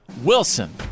Wilson